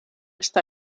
esta